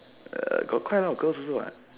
uh got quite a lot of girls also [what]